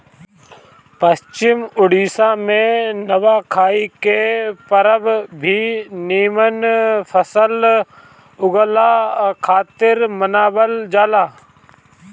पश्चिम ओडिसा में नवाखाई के परब भी निमन फसल उगला खातिर मनावल जाला